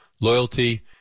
loyalty